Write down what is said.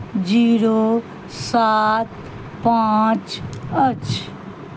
zero सात पाँच अछि